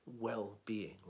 well-being